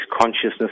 consciousness